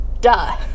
duh